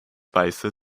weiße